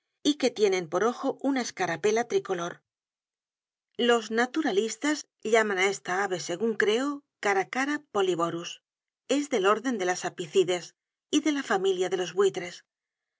y que tienen por ojo una escarapela tricolor los naturalistas llaman á esta ave se gun creo caracara polyborus es del orden de las apicides y de la familia de los buitres